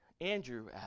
Andrew